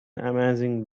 amazing